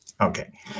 Okay